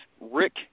Rick